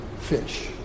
fish